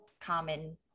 common